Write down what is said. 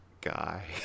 Guy